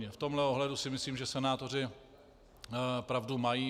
V tomto ohledu si myslím, že senátoři pravdu mají.